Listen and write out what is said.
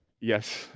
Yes